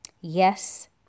Yes